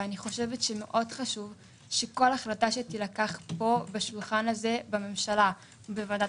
חשוב מאוד שכל החלטה שתתקבל בשולחן הזה בוועדת